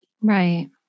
right